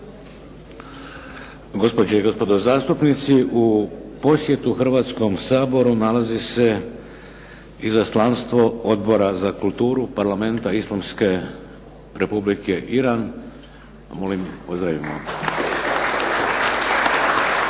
Gospođe i gospodo zastupnici, u posjetu Hrvatskom saboru nalazi se izaslanstvo Odbora za kulturu Parlamenta Islamske Republike Iran. Molim, pozdravimo